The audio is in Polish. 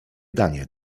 danie